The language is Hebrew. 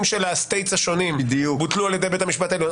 של ה-states השונים בוטלו על ידי בית המשפט העליון.